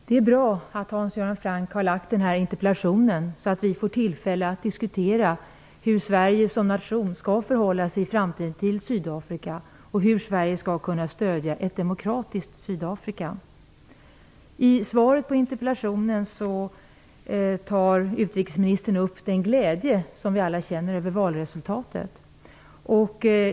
Herr talman! Det är bra att Hans Göran Franck har ställt denna interpellation, så att vi får tillfälle att diskutera hur Sverige som nation skall förhålla sig till Sydafrika i framtiden och hur Sveriga skall kunna stödja ett demokratiskt Sydafrika. I svaret på interpellationen tar utrikesministern upp den glädje som vi alla känner över valresultatet.